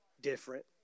different